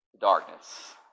darkness